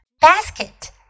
basket